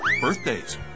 Birthdays